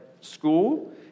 school